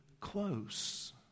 close